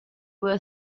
were